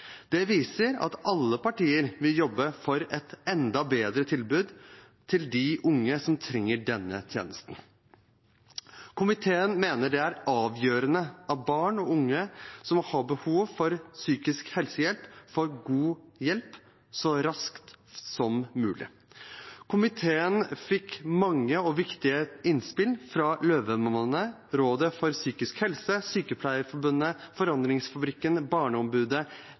Det viser at alle partier vil jobbe for et enda bedre tilbud til de unge som trenger denne tjenesten. Komiteen mener det er avgjørende at barn og unge som har behov for psykisk helsehjelp, får god hjelp så raskt som mulig. Komiteen fikk mange og viktige innspill fra Løvemammaene, Rådet for psykisk helse, Sykepleierforbundet, Forandringsfabrikken, Barneombudet,